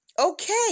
Okay